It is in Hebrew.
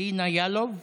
אלינה יאלוב,